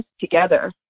together